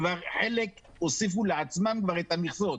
כבר חלק הוסיפו לעצמם את המכסות.